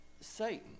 Satan